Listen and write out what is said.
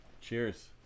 Cheers